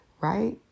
right